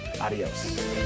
Adios